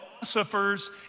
philosophers